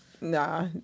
Nah